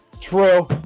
True